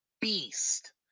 beast